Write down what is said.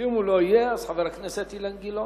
ואם הוא לא יהיה, חבר הכנסת אילן גילאון.